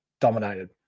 dominated